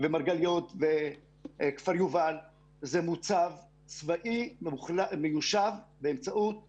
מרגליות וכפר יובל הם מוצב צבאי מיושב באמצעות אזרחים.